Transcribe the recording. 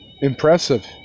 Impressive